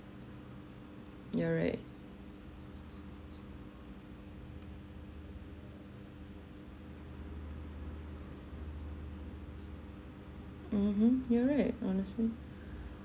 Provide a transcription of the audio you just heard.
you're right mmhmm you're right honestly